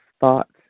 thoughts